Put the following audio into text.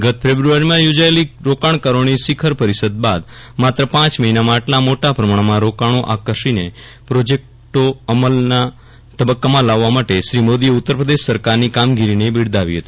ગત ફેબ્રુઆરીમાં યોજાયેલી રોકાણકારોની શીખર પરિષદ બાદ માત્ર પાંચ મહિનામાં આટલા મોટા પ્રમાણમાં રોકાણો આકર્ષીને પ્રોજેક્ટો અમલના તબક્કામાં લાવવા માટે શ્રી મોદીએ ઉત્તરપ્રદેશ સરકારની કામગીરીને બિરદાવી હતી